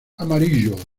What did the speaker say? amarillo